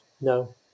No